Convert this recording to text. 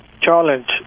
challenge